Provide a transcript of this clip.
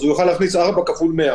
אז הוא יוכל להכניס 4 כפול 100